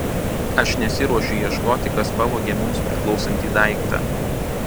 aš nesiruošiu ieškoti kas pavogė mums priklausantį daiktą